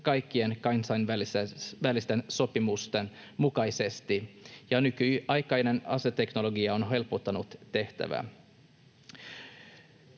kaikkien kansainvälisten sopimusten mukaisesti, ja nykyaikainen aseteknologia on helpottanut tehtävää.